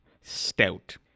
stout